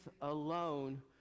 alone